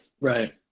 Right